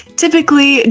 typically